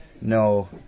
No